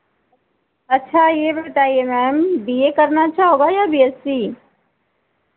अच्छा ये भी बताइए मैम बी ए करना अच्छा होगा या बी एस सी